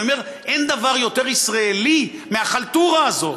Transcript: אני אומר, אין דבר יותר ישראלי מהחלטורה הזאת.